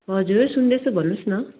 हजुर सुन्दैछु भन्नुहोस् न